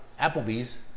Applebee's